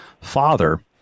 Father